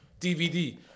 DVD